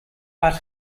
but